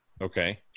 Okay